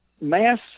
mass